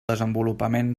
desenvolupament